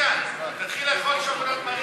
ביטן, תתחיל לאכול שוקולד מריר.